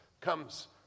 comes